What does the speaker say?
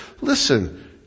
listen